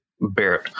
Barrett